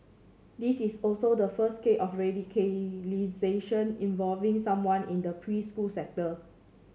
this is also the first case of radicalisation involving someone in the preschool sector